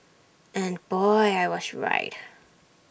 and boy I was right